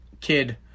kid